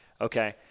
okay